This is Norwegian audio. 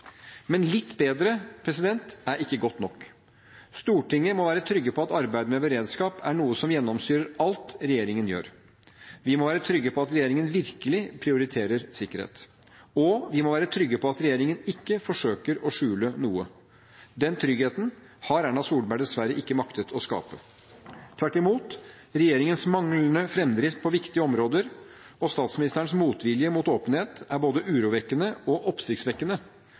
Men litt bedre er ikke godt nok. Stortinget må være trygge på at arbeidet med beredskap er noe som gjennomsyrer alt regjeringen gjør. Vi må være trygge på at regjeringen virkelig prioriterer sikkerhet, og vi må være trygge på at regjeringen ikke forsøker å skjule noe. Den tryggheten har Erna Solberg dessverre ikke maktet å skape. Tvert imot: Regjeringens manglende framdrift på viktige områder og statsministerens motvilje mot åpenhet er både urovekkende og oppsiktsvekkende